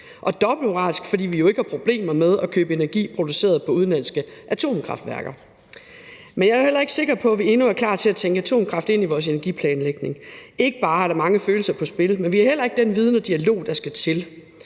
er dobbeltmoralsk, fordi vi jo ikke har problemer med at købe energi produceret på udenlandske atomkraftværker. Men jeg er heller ikke sikker på, at vi endnu er klar til at tænke atomkraft ind i vores energiplanlægning. Ikke bare er der mange følelser på spil, men vi har heller ikke den viden og dialog, der skal til.